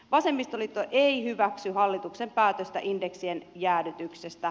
vasemmistoliitto ei hyväksy hallituksen päätöstä indeksien jäädytyksestä